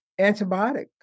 antibiotic